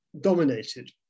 dominated